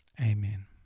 Amen